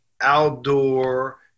outdoor